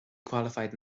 qualified